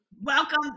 Welcome